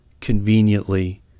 conveniently